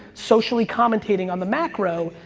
socially commentating on the macro,